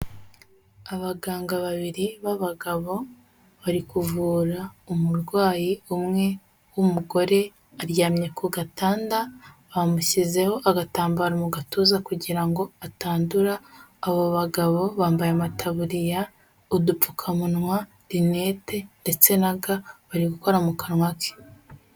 Abaganga babiri b'abagabo bari kuvura umurwayi, umwe w'umugore aryamye ku gatanda bamushyizeho agatambaro mu gatuza kugira ngo atandura, abo bagabo bambaye amataburiya, udupfukamunwa, linete ndetse na ga bari gukora mu kanwa ke.